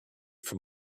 from